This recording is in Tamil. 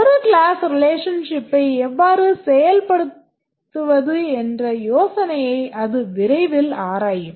ஒரு association relationshipபை எவ்வாறு செயல்படுத்துவது என்ற யோசனையை அது விரைவில் ஆராயும்